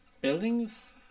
buildings